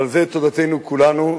ועל זה תודתנו כולנו,